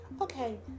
Okay